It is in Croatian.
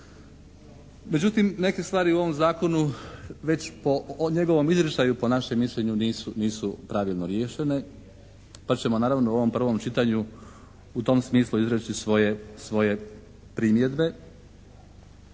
Međutim, neke stvari u ovom zakonu već po njegovom izričaju po našem mišljenju nisu pravilno riješene. Pa ćemo naravno u ovom prvom čitanju u tom smislu izreći svoje primjedbe.